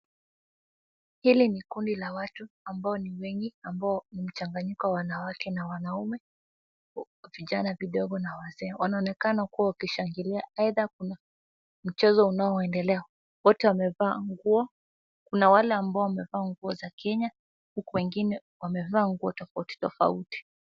Hili ni kundi la watu ambao ni wengi ambao ni mchanganyiko wa wanawake na wanaume, vijana vidogo na wazee. Wanaonekana kuwa wakishangilia aidha kuna mchezo unaoendelea. Wote wamevaa nguo. Kuna wale ambao wamevaa nguo za Kenya huku wengine wamevaa nguo tofautitofauti.